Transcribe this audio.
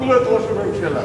אפילו את ראש הממשלה.